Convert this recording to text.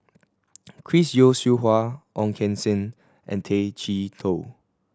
Chris Yeo Siew Hua Ong Keng Sen and Tay Chee Toh